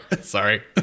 sorry